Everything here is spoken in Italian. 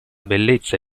bellezza